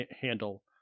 handle